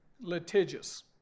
litigious